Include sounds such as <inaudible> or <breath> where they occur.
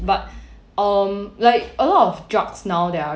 but <breath> um like a lot of drugs now that are